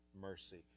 mercy